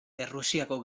errusiako